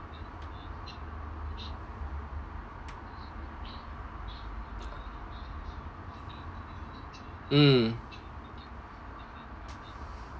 mm